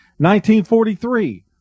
1943